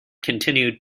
continued